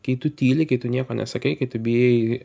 kai tu tyli kai tu nieko nesakai kai tu bijai